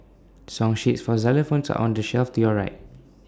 song sheets for xylophones are on the shelf to your right